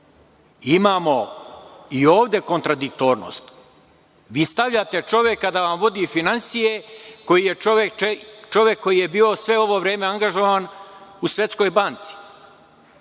i ovde kontradiktornost. Vi stavljate čoveka da vam vodi finansije, čovek koji je bio sve ovo vreme angažovan u Svetskoj banci,